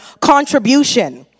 contribution